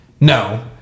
no